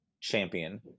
champion